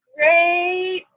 Great